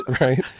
right